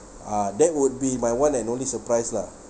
ah that would be my one and only surprise lah